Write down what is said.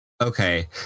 Okay